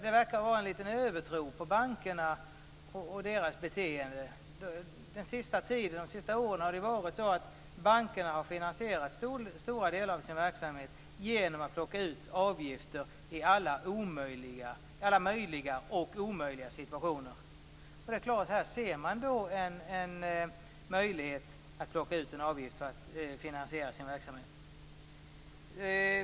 Det verkar finnas en liten övertro på bankerna och deras beteende. De senaste åren har det ju varit så att bankerna har finansierat stora delar av sin verksamhet genom att plocka ut avgifter i alla möjliga och omöjliga situationer. Det är klart att man här ser en möjlighet att plocka ut en avgift för att finansiera sin verksamhet.